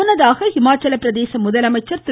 முன்னதாக ஹிமாச்சல பிரதேச முதலமைச்சர் திரு